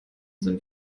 sind